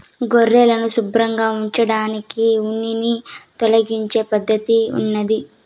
గొర్రెలను శుభ్రంగా ఉంచడానికి ఉన్నిని తొలగించే పద్ధతి ఉన్నాది